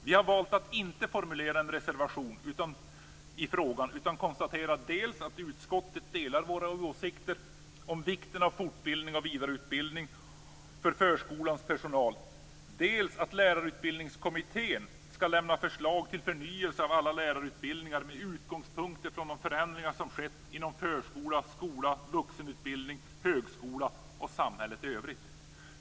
Vi har valt att inte formulera en reservation i frågan utan konstaterat dels att utskottet delar våra åsikter om vikten av fortbildning och vidareutbildning för förskolans personal, dels att Lärarutbildningskommittén skall lämna förslag till förnyelse av alla lärarutbildningar med utgångspunkt från de förändringar som har skett inom förskola, skola, vuxenutbildning och högskola samt i samhället i övrigt.